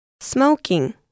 Smoking